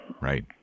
Right